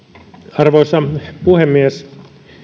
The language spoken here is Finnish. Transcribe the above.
arvoisa puhemies